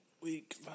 Week